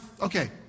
okay